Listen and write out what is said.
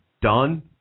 done